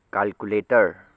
calculator